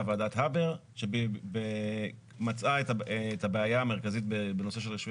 ועדת הבר שמצאה את הבעיה המרכזית בנושא של רישוי